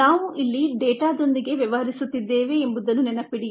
ನಾವು ಇಲ್ಲಿ ಡೇಟಾದೊಂದಿಗೆ ವ್ಯವಹರಿಸುತ್ತಿದ್ದೇವೆ ಎಂಬುದನ್ನು ನೆನಪಿಡಿ